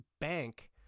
bank